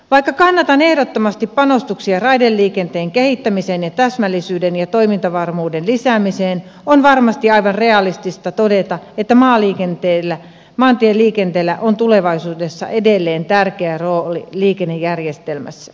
vaikka kannatan ehdottomasti panostuksia raideliikenteen kehittämiseen ja täsmällisyyden ja toimintavarmuuden lisäämiseen on varmasti aivan realistista todeta että maantieliikenteellä on tulevaisuudessa edelleen tärkeä rooli liikennejärjestelmässä